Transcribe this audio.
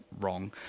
wrong